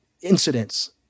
incidents